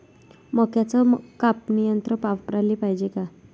मक्क्याचं कापनी यंत्र वापराले पायजे का?